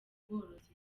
ubworozi